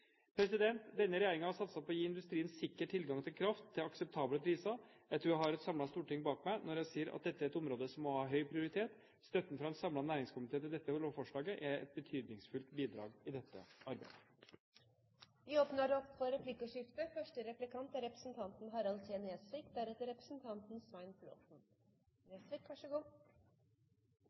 fjernvarme. Denne regjeringen har satset på å gi industrien sikker tilgang til kraft til akseptable priser. Jeg tror jeg har et samlet storting bak meg når jeg sier at dette er et område som må ha høy prioritet. Støtten fra en samlet næringskomité til dette lovforslaget er et betydningsfullt bidrag i dette arbeidet. Det blir replikkordskifte.